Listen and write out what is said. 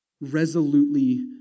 Resolutely